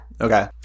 Okay